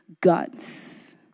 guts